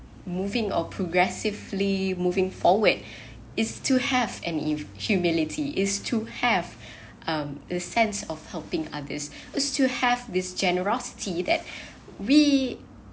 moving or progressively moving forward is to have an if humility is to have um a sense of helping others is to have this generosity that we